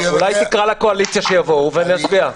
אולי תקרא לקואליציה שיבואו ונצביע?